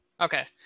Okay